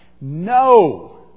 No